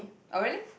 oh really